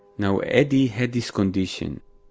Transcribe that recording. now, eddie had this, condition,